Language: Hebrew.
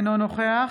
אינו נוכח